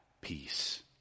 peace